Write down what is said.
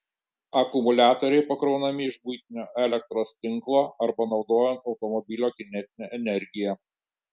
akumuliatoriai pakraunami iš buitinio elektros tinklo arba naudojant automobilio kinetinę energiją